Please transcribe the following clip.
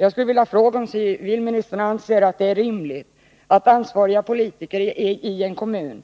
Jag skulle vilja fråga om civilministern anser att det är rimligt att ansvariga politiker i en kommun